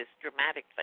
dramatically